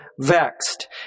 vexed